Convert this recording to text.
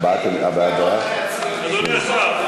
בבקשה, אדוני השר.